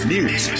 News